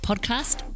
Podcast